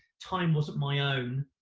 time wasn't my own,